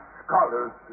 scholars